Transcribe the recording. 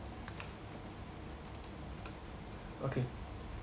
okay